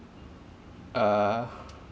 uh